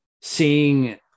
seeing